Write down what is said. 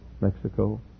Mexico